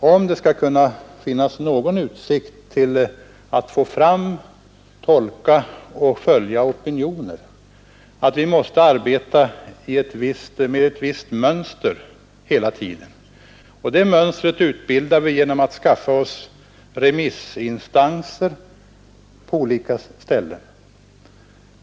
om det skall kunna finnas någon utsikt till att få fram, att tolka och att följa opinioner, så måste vi arbeta med ett visst mönster hela tiden, och det mönstret utbildar vi genom att skaffa oss remissinstanser på olika ställen.